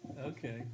Okay